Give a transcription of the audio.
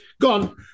gone